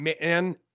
man